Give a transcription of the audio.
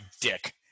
dick